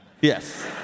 yes